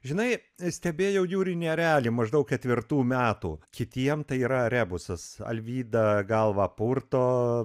žinai stebėjau jūrinį erelį maždaug ketvirtų metų kitiems tai yra rebusas alvyda galvą purto